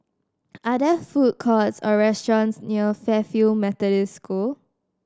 are there food courts or restaurants near Fairfield Methodist School